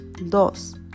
Dos